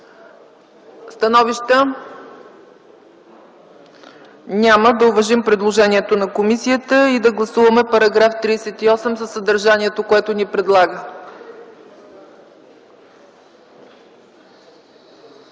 Становища? Няма. Да уважим предложението на комисията и да гласуваме § 38 със съдържанието, което ни предлага.